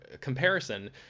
comparison